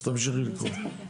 אז תמשיכי לקרוא.